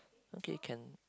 okay can